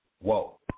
whoa